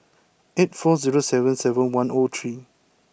eight four zero seven seven one O three